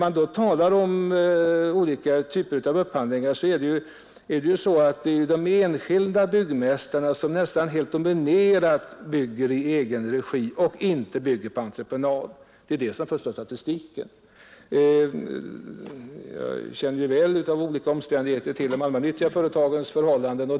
Men när man talar om olika typer av upphandling skall man ha klart för sig att det är de enskilda byggmästarna som till helt dominerande del bygger i egen regi och inte på entreprenad. Det är detta som förstör statistiken. Jag känner, av olika omständigheter, väl till de allmännyttiga företagens förhållanden.